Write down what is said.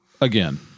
again